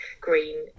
green